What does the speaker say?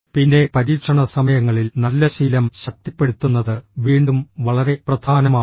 പിന്നെ പരീക്ഷണ സമയങ്ങളിൽ നല്ല ശീലം ശക്തിപ്പെടുത്തുന്നത് വീണ്ടും വളരെ പ്രധാനമാണ്